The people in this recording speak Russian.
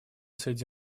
среди